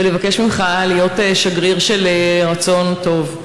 ולבקש ממך להיות שגריר של רצון טוב.